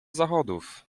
zachodów